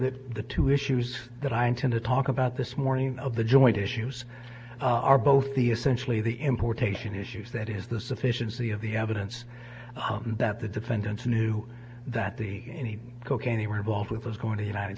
that the two issues that i intend to talk about this morning of the joint issues are both the essentially the importation issues that is the sufficiency of the evidence that the defendants knew that the cocaine they were involved with was going to united